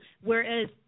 whereas